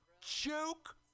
Joke